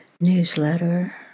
newsletter